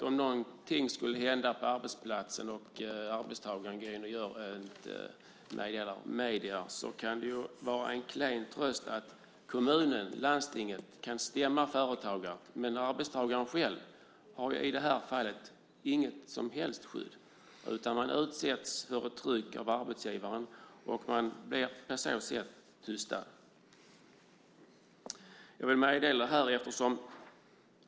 Om något skulle hända på arbetsplatsen och arbetstagaren vänder sig till medierna är det en klen tröst att kommunen eller lanstinget kan stämma företaget, för arbetstagaren själv har i det här fallet inget som helst skydd utan utsätts för ett tryck av arbetsgivaren och blir på så sätt tystad.